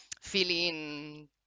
feeling